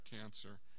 cancer